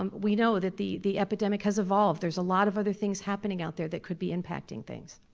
um we know that the the epidemic has evolved, there's a lot of other things happening out there that could be impacting things.